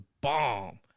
bomb